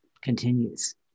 continues